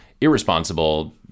irresponsible